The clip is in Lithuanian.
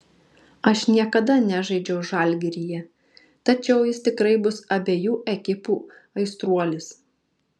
aš niekada nežaidžiau žalgiryje tačiau jis tikrai bus abejų ekipų aistruolis